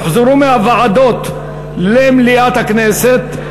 יוחזרו מהוועדות למליאת הכנסת,